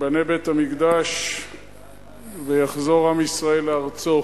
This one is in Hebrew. ייבנה בית-המקדש ויחזור עם ישראל לארצו.